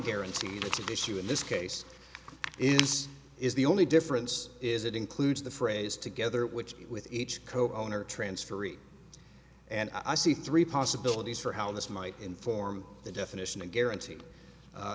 guaranteed it's an issue in this case is is the only difference is it includes the phrase together which with each co owner transfer and i see three possibilities for how this might inform the definition of guarantee